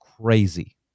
crazy